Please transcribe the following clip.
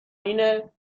اینه